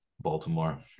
Baltimore